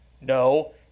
No